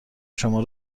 شما